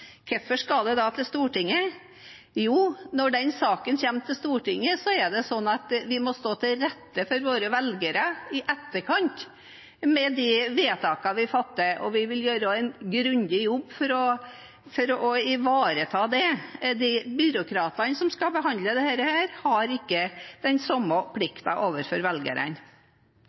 Hvorfor skal det da til Stortinget? Jo, når den saken kommer til Stortinget, er det slik at vi må stå til rette overfor våre velgere i etterkant for de vedtakene vi fatter, og vi vil gjøre en grundig jobb for å ivareta dette. Byråkratene som skal behandle dette, har ikke den samme plikten overfor